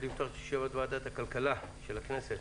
אני מתכבד לפתוח את ישיבת ועדת הכלכלה של הכנסת